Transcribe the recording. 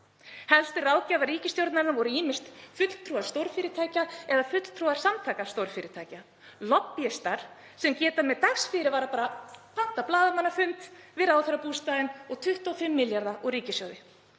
Helstu ráðgjafar ríkisstjórnarinnar voru ýmist fulltrúar stórfyrirtækja eða fulltrúar samtaka stórfyrirtækja, lobbíistar sem geta með dags fyrirvara bara pantað blaðamannafund við ráðherrabústaðinn og 25 milljarða úr ríkissjóði.